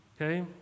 okay